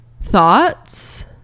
Thoughts